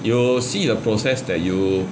you see the process that you